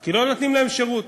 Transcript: כי לא נותנים להם שירות.